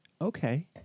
okay